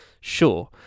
sure